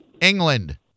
England